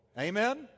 amen